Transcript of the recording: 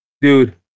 Dude